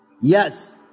Yes